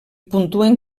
puntuen